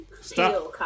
Stop